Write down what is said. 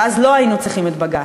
ואז לא היו צריכים את בג"ץ,